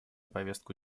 повестку